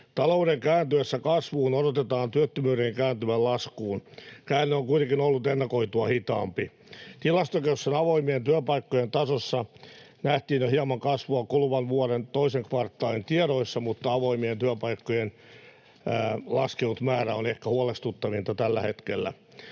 Talouden kääntyessä kasvuun odotetaan työttömyyden kääntyvän laskuun. Käänne on kuitenkin ollut ennakoitua hitaampi. Tilastokeskuksen avoimien työpaikkojen tasossa nähtiin jo hieman kasvua kuluvan vuoden toisen kvartaalin tiedoissa, mutta avoimien työpaikkojen laskenut määrä on ehkä huolestuttavinta tällä hetkellä.